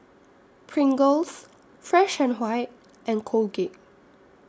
Pringles Fresh and White and Colgate